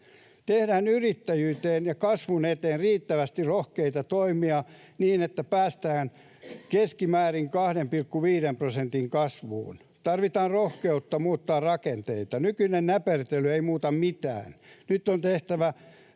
Tehdään yrittäjyyteen ja kasvun eteen riittävästi rohkeita toimia niin, että päästään keskimäärin 2,5 prosentin kasvuun. Tarvitaan rohkeutta muuttaa rakenteita. Nykyinen näpertely ei muuta mitään. Nyt on tehtävä